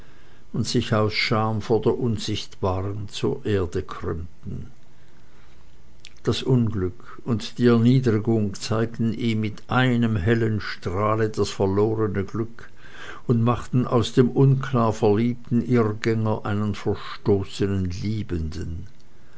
und sich aus scham vor der unsichtbaren zur erde krümmten das unglück und die erniedrigung zeigten ihm mit einem hellen strahle das verlorene glück und machten aus dem unklar verliebten irrgänger einen verstoßenen liebenden